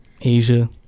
Asia